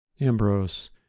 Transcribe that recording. Ambrose